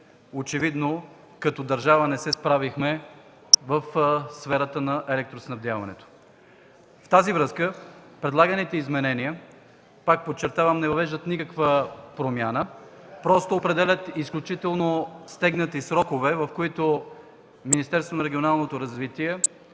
очевидно като държава не се справихме в сферата на електроснабдяването. Във връзка с това предлаганите изменения, пак подчертавам, не въвеждат никаква промяна, а просто определят изключително стегнати срокове, в които